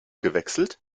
gewechselt